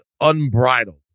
unbridled